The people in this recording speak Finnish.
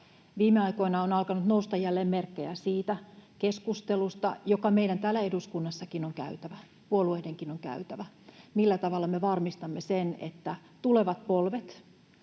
Viime aikoina on alkanut jälleen nousta merkkejä siitä keskustelusta, joka meidän täällä eduskunnassakin on käytävä, puolueidenkin on käytävä: millä tavalla me varmistamme sen, että myöskin tulevat polvet